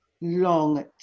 long